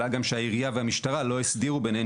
עלה גם שהעירייה והמשטרה לא הסדירו בניהם